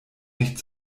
nicht